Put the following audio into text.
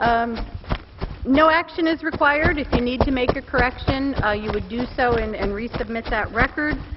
um no action is required. if you need to make a correction ah you would do so and and resubmit that record.